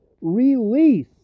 release